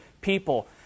people